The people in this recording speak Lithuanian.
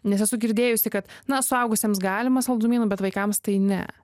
nes esu girdėjusi kad na suaugusiems galima saldumynų bet vaikams tai ne